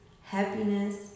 happiness